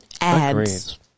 ads